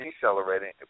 decelerating